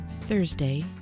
Thursday